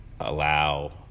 allow